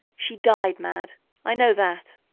she died mad i know that.